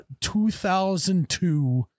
2002